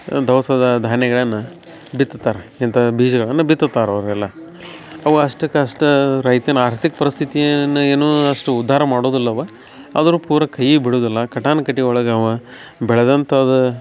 ದವಸದ ಧಾನ್ಯಗಳನ್ನ ಬಿತ್ತುತ್ತಾರೆ ಇಂತಹ ಬೀಜಗಳನ್ನ ಬಿತ್ತುತ್ತಾರೆ ಅವರೆಲ್ಲ ಅವ ಅಷ್ಟಕ್ಕೆ ಅಷ್ಟ ರೈತನ ಆರ್ಥಿಕ ಪರಿಸ್ಥಿತಿಯನ್ನ ಏನೂ ಅಷ್ಟು ಉದ್ಧಾರ ಮಾಡೋದಿಲ್ಲ ಅವ ಅದ್ರ ಪೂರ ಕೈಯಿ ಬಿಡುದಿಲ್ಲ ಕಟಾನುಕಟಿ ಒಳಗೆ ಅವ ಬೆಳೆದಂಥದ